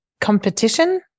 competition